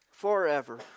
Forever